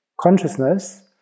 consciousness